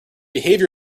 behavior